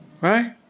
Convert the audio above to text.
Right